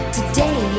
Today